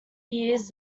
years